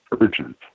urgent